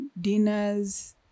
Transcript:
dinners